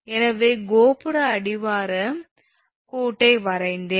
எனவே கோபுர அடிவாரக் கோட்டை வரைந்தேன்